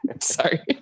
Sorry